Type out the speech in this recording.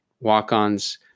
walk-ons